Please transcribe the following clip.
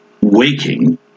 waking